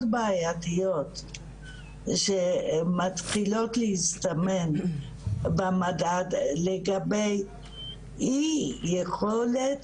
בעיתיות שמתחילות להסתמן במדד לגבי אי יכולת